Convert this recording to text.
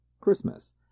christmas